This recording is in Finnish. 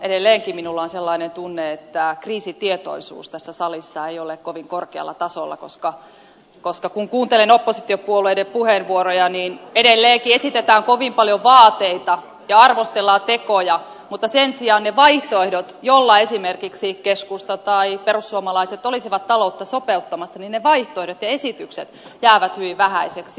edelleenkin minulla on sellainen tunne että kriisitietoisuus tässä salissa ei ole kovin korkealla tasolla koska kun kuuntelen oppositiopuolueiden puheenvuoroja niin edelleenkin esitetään kovin paljon vaateita ja arvostellaan tekoja mutta sen sijaan ne vaihtoehdot joilla esimerkiksi keskusta tai perussuomalaiset olisivat taloutta sopeuttamassa ja esitykset jäävät hyvin vähäisiksi